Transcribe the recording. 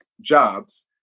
jobs